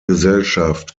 gesellschaft